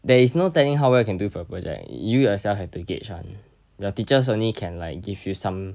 there is no telling how well you can do for project you yourself have to gauge [one] the teachers only can like give you some